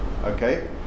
Okay